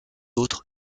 autre